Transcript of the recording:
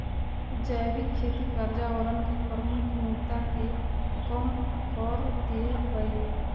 जैविक खेती पर्यावरण के प्रमुख मुद्दा के कम कर देय हइ